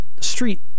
street